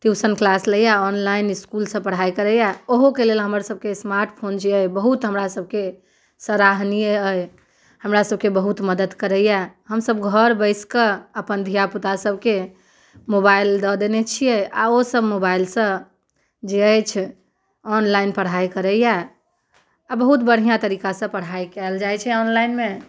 tuition class लइए online इसकूलसँ पढ़ाइ करैये ओहोके लेल हमर सभके स्मार्ट फोन जे अइ बहुत हमरा सभके सराहनीय अइ हमरा सभके बहुत मदद करैये हमसभ घर बैसिकऽ अपन धियापुता सभके मोबाइल दऽ देने छियै आओर ओ सभ मोबाइलसँ जे अछि ऑनलाइन पढ़ाइ करैये आओर बहुत बढ़िआँ तरीकासँ पढ़ाइ कयल जाइ छै ऑनलाइनमे